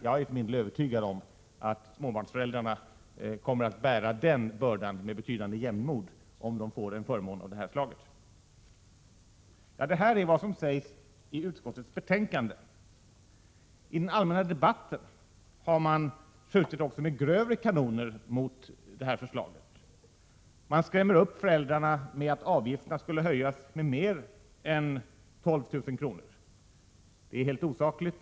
Jag är övertygad om att småbarnsföräldrarna kommer att bära den bördan med betydande jämnmod, om de får en förmån av det här slaget. I den allmänna debatten utanför riksdagen har man skjutit med grövre kanoner mot detta förslag. Man skrämmer upp föräldrarna med att avgifterna skulle höjas med mer än 12 000 kr. Det är helt osakligt.